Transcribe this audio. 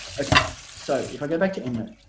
okay so if i go back to endnote